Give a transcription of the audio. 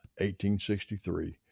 1863